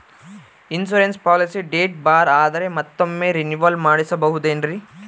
Insurance policy date ಬಾರ್ ಆದರೆ ಮತ್ತೊಮ್ಮೆ ರಿನಿವಲ್ ಮಾಡಿಸಬಹುದೇ ಏನ್ರಿ?